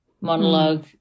monologue